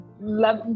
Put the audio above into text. love